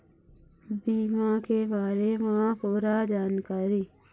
बीमा के बारे म पूरा जानकारी?